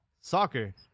soccer